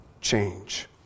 change